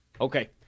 Okay